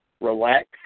relax